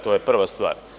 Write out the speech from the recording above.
To je prva stvar.